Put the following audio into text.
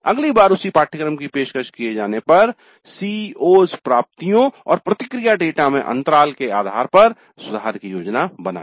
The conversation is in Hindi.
अगली बार उसी पाठ्यक्रम की पेशकश किए जाने पर 'CO's प्राप्तियों' और प्रतिक्रिया डेटा में अंतराल के आधार पर सुधार की योजना बनाये